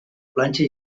planxa